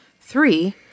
Three